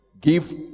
Give